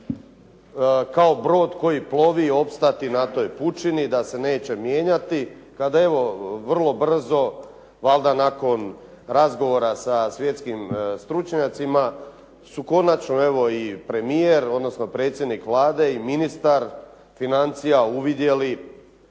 kao brod koji plovi opstati na toj pučini, da se neće mijenjati. Kad evo vrlo brzo valjda nakon razgovora sa svjetskim stručnjacima su konačno evo i premijer, odnosno predsjednik Vlade i ministar financija uvidjeli